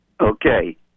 Okay